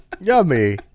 Yummy